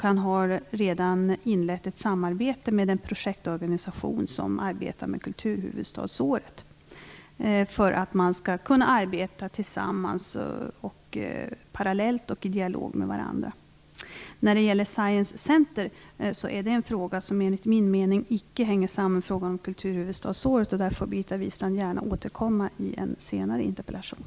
Han redan inlett ett samarbete med en projektorganisation som arbetar med kulturhuvudstadsåret för att man skall kunna arbeta tillsammans parallellt och i dialog med varandra. När det gäller ett Science Center är det en fråga som enligt min mening icke hänger samman med frågan om kulturhuvudstadsåret. Birgitta Wistrand kan gärna återkomma om det i en senare interpellation.